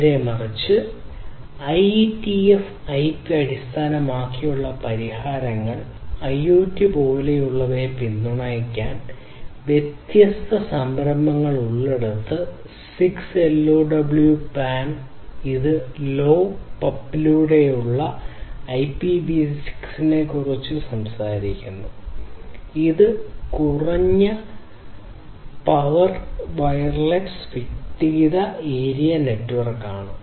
നേരെമറിച്ച് IETF IP അടിസ്ഥാനമാക്കിയുള്ള പരിഹാരങ്ങൾ IoT പോലുള്ളവയെ പിന്തുണയ്ക്കാൻ വ്യത്യസ്ത സംരംഭങ്ങൾ ഉള്ളിടത്ത് 6LoWPAN ഇത് ലോ പപ്പിലൂടെയുള്ള IPv6 നെക്കുറിച്ച് സംസാരിക്കുന്നു ഇത് കുറഞ്ഞ പവർ വയർലെസ് വ്യക്തിഗത ഏരിയ നെറ്റ്വർക്കാണ്